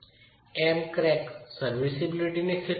M crack serviceability સ્થિતિમાં છે